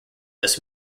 this